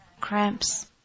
Cramps